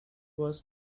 was